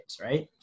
right